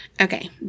okay